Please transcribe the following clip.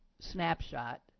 snapshot